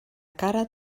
cara